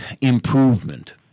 improvement